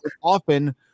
often